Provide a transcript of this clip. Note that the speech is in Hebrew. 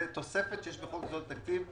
זה תוספת שיש בחוק יסודות התקציב,